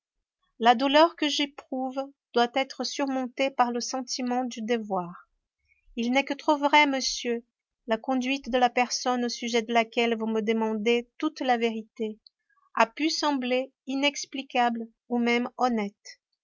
la douleur que j'éprouve doit être surmontée par le sentiment du devoir il n'est que trop vrai monsieur la conduite de la personne au sujet de laquelle vous me demandez toute la vérité a pu sembler inexplicable ou même honnête